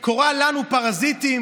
מפלגות,